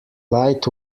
light